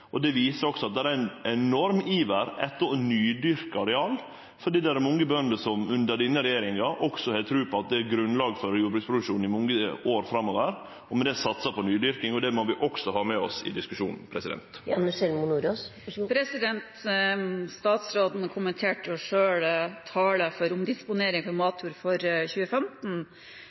under denne regjeringa har tru på at det er grunnlag for jordbruksproduksjon i mange år framover og med det satsar på nydyrking. Det må vi også ha med oss i diskusjonen. Statsråden kommenterte selv antallet dekar omdisponert matjord i 2015. Man sammenligner tallet for 2015 med snittet av